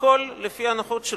הכול לפי הנוחות,